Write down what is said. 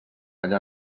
allà